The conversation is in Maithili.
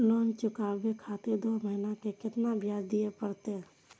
लोन चुकाबे खातिर दो महीना के केतना ब्याज दिये परतें?